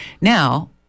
Now